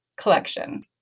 collection